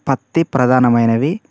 పత్తి ప్రధానమైనవి